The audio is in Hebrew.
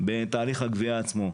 בתהליך הגבייה עצמו.